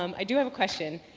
um i do have a question.